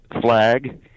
flag